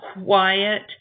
quiet